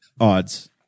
odds